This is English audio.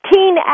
Teen